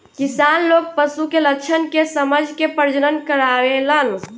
किसान लोग पशु के लक्षण के समझ के प्रजनन करावेलन